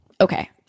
Okay